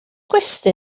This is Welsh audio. gwesty